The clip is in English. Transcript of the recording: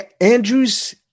Andrew's